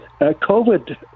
COVID